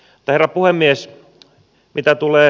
herra puhemies mitä tule